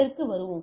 அதற்கு வருவோம்